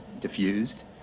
diffused